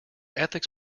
ethics